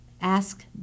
ask